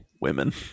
Women